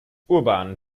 urban